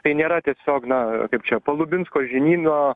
tai nėra tiesiog na kaip čia palubinsko žinyno